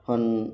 ਹਨ